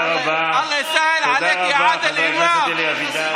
אני שולח מסר של ברכה והערכה לעם האמירתי ולמנהיגיו.